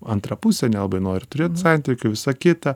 antra pusė nelabai nori turėt santykių visa kita